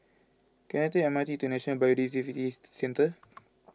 can I take the M R T to National Biodiversity Centre